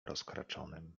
rozkraczonym